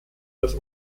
das